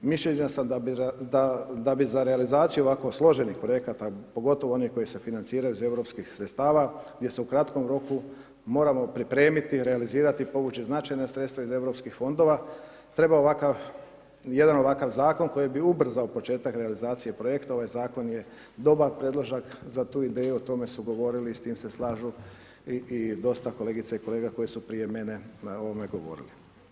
Mišljenja sam da bi za realizaciju ovako složenih projekata, pogotovo onih koji se financiraju iz europskih sredstava gdje se u kratkom roku moramo pripremiti i realizirati, povući značajna sredstva iz Europskih fondova, treba jedan ovakav Zakon koji bi ubrzao početak realizacije projekta, ovaj Zakon je dobar predložak za tu ideju, o tome su govorili i s time se slažu i dosta kolegica i kolega koji su prije mene na ovome govorili.